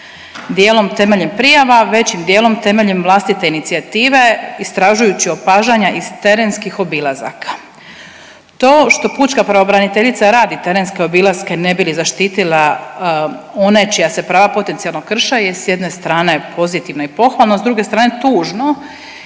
Dijelom temeljem prijava, većim dijelom temeljem vlastite inicijative opažajući opažanja iz terenskih obilazaka. To što pučka pravobraniteljica radi terenske obilaske ne bi li zaštitila one čija se prava potencijalno krše je s jedne strane pozitivno i pohvalno, s druge strane tužno